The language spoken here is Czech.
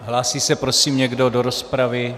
Hlásí se, prosím, někdo do rozpravy?